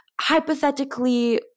hypothetically